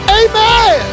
amen